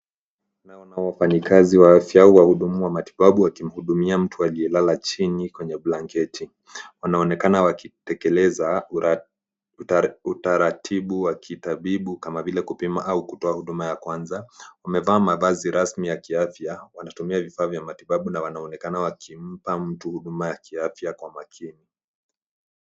Tunaona wafanyikazi wa afya, wahudumu wa matibabu wakimhudumia mtu aliyelala chini kwenye blanketi. Wanaonekana wakitekeleza utaratibu wa kitabibu kama vile kupima au kutoa huduma ya kwanza. Wamevaa mavazi rasmi ya kiafya. wanatumia vifaa vya matibabu na wanaonekana wakimpa mtu huduma ya kiafya kwa makini.